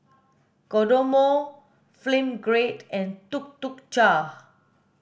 Kodomo Film Grade and Tuk Tuk Cha